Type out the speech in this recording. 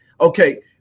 Okay